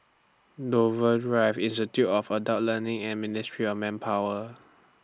Dover Drive Institute of Adult Learning and Ministry of Manpower